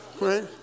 right